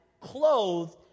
clothed